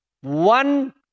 one